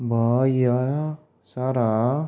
ବୟସର